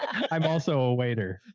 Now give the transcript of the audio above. i'm also a waiter.